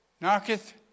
Knocketh